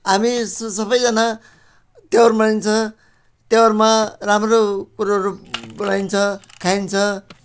हामी स सबैजना त्यौहार मनाइन्छ त्यौहारमा राम्रो कुरोहरू बनाइन्छ खाइन्छ